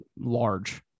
large